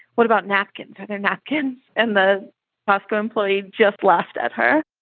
what about napkins? are there napkins? and the costco employee just laughed at her.